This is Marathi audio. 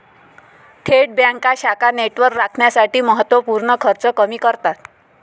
थेट बँका शाखा नेटवर्क राखण्यासाठी महत्त्व पूर्ण खर्च कमी करतात